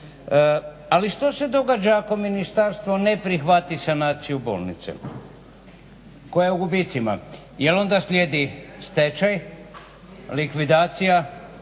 Ali što se događa ako ministarstvo ne prihvati sanaciju bolnice, koja je u gubicima, jel onda slijedi stečaj, likvidacija,